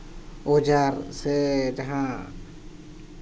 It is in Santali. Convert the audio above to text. ᱚᱣᱡᱟᱨ ᱥᱮ ᱡᱟᱦᱟᱸ